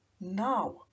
Now